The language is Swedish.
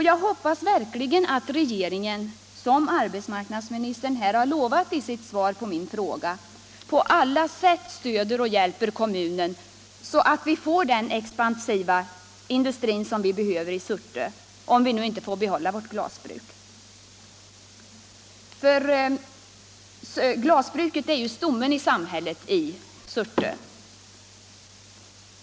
Jag hoppas verkligen att regeringen, som arbetsmarknadsministern här har lovat, på alla sätt stöder och hjälper kommunen, så att vi får den expansiva industri som vi behöver i Surte, om vi inte får behålla vårt glasbruk. Glasbruket är ju stommen i samhället Surte.